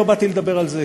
לא באתי לדבר על זה,